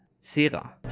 Sira